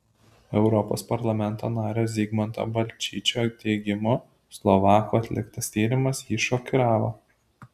europos parlamento nario zigmanto balčyčio teigimu slovakų atliktas tyrimas jį šokiravo